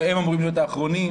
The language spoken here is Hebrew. שהם אמורים להיות האחרונים.